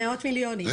במאות מיליונים.